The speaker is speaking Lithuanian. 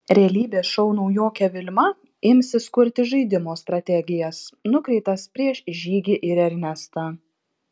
realybės šou naujokė vilma imsis kurti žaidimo strategijas nukreiptas prieš žygį ir ernestą